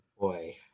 Boy